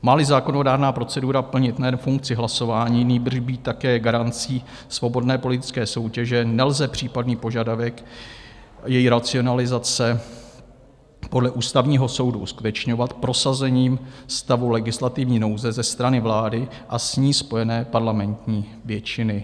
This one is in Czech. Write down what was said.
Máli zákonodárná procedura plnit nejen funkci hlasování, nýbrž být také garancí svobodné politické soutěže, nelze případný požadavek její racionalizace podle Ústavního soudu uskutečňovat prosazením stavu legislativní nouze ze strany vlády a s ní spojené parlamentní většiny.